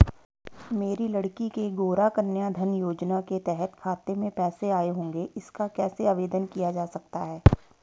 मेरी लड़की के गौंरा कन्याधन योजना के तहत खाते में पैसे आए होंगे इसका कैसे आवेदन किया जा सकता है?